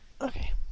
Okay